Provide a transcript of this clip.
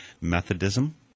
Methodism